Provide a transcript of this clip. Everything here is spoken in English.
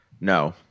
No